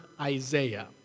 Isaiah